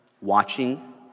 watching